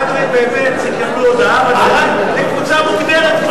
עד מרס, יקבלו הודעה, לקבוצה מוגדרת.